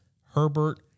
Herbert